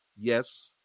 Yes